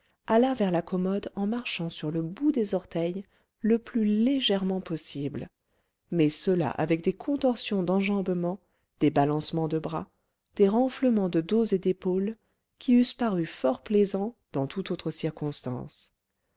alla vers la commode en marchant sur le bout des orteils le plus légèrement possible mais cela avec des contorsions d'enjambements des balancements de bras des renflements de dos et d'épaules qui eussent paru fort plaisants dans toute autre circonstance